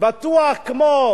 בטוח כמו